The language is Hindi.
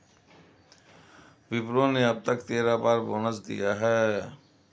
विप्रो ने अब तक तेरह बार बोनस दिया है